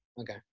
Okay